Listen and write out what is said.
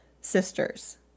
sisters